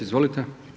Izvolite.